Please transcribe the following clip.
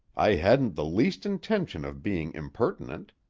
i hadn't the least intention of being impertinent.